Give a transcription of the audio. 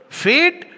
fate